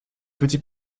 petit